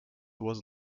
was